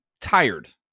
tired